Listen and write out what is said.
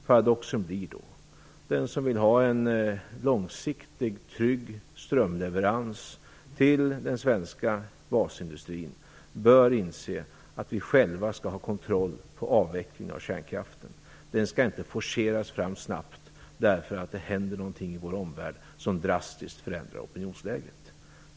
Paradoxen blir då: Den som vill ha en långsiktig trygg strömleverans till den svenska basindustrin bör inse att vi själva skall ha kontroll över avvecklingen av kärnkraften. Den skall inte forceras fram snabbt därför att det händer någonting i vår omvärld som drastiskt förändrar opinionsläget.